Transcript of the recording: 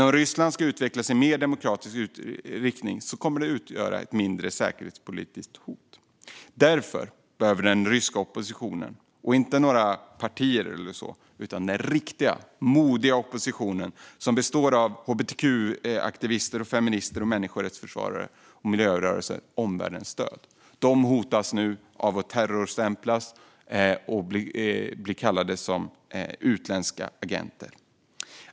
Om Ryssland utvecklas i mer demokratisk riktning kommer det att utgöra ett mindre säkerhetspolitiskt hot. Därför behöver den ryska oppositionen - inte några partier eller så utan den riktiga, modiga opposition som består av hbtq-aktivister, feminister, människorättsförsvarare och miljörörelser - omvärldens stöd. De hotas nu av att terrorstämplas och blir kallade utländska agenter.